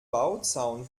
bauzaun